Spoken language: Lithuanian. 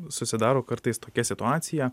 susidaro kartais tokia situacija